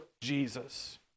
Jesus